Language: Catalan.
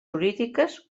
jurídiques